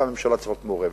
והממשלה צריכה להיות מעורבת.